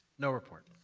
no report.